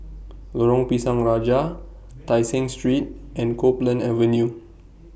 Lorong Pisang Raja Tai Seng Street and Copeland Avenue